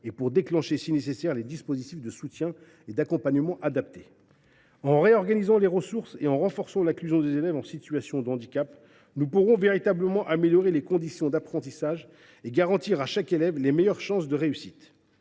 et déclencher si nécessaire les dispositifs de soutien et d’accompagnement adaptés. En réorganisant les ressources et en renforçant l’inclusion des élèves en situation de handicap, nous pourrons véritablement améliorer les conditions d’apprentissage et garantir à chaque élève les meilleures chances de réussite.